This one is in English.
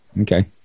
Okay